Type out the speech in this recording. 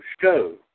show